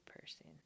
person